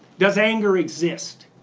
does anger exist?